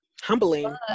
humbling